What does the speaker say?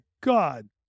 God